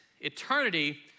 eternity